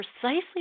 precisely